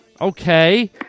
Okay